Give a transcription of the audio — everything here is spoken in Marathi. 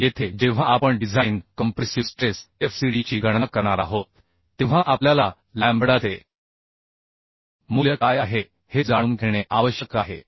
आता येथे जेव्हा आपण डिझाइन कॉम्प्रेसिव स्ट्रेस Fcd ची गणना करणार आहोत तेव्हा आपल्याला लॅम्बडाचे मूल्य काय आहे हे जाणून घेणे आवश्यक आहे